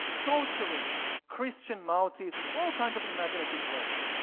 torturing christian martyrs in all kinds of imaginative ways.